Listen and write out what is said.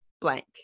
blank